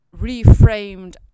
reframed